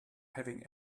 having